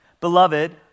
Beloved